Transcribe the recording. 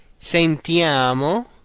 sentiamo